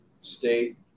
state